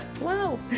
wow